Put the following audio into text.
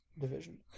division